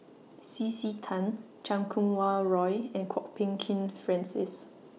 C C Tan Chan Kum Wah Roy and Kwok Peng Kin Francis